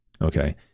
Okay